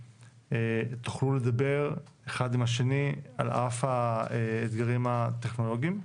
שתוכלו לדבר אחד עם השני על אף האתגרים הטכנולוגיים.